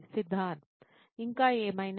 సిద్ధార్థ్ ఇంకా ఏమైనా